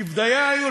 כִּבְדָיָה היו.